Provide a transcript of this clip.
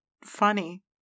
funny